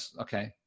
okay